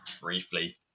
briefly